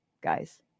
Guys